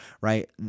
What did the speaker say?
right